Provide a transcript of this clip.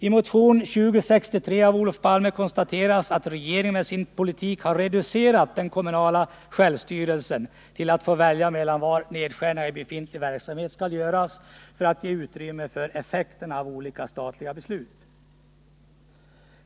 I motion 2063 av Olof Palme m.fl. konstateras att regeringen med sin politik har reducerat den kommunala självstyrelsen till att få välja mellan var nedskärningarna i befintlig verksamhet skall göras för att ge utrymme för effekterna av olika statliga beslut.